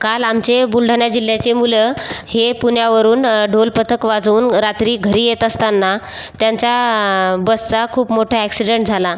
काल आमचे बुलढाणा जिल्ह्याचे मुलं हे पुण्यावरून ढोल पथक वाजवून रात्री घरी येत असताना त्यांच्या बसचा खूप मोठा ॲक्सिडेंट झाला